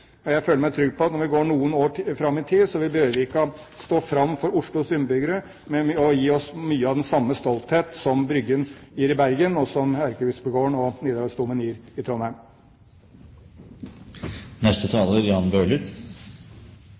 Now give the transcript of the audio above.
Jeg føler meg trygg på at når vi går noen år fram i tid, vil Bjørvika gi Oslos innbyggere mye av den samme stolthet som Bryggen gir i Bergen, og som Erkebispegården og Nidarosdomen gir i